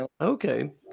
okay